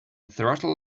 throttle